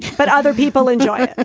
but other people enjoy it.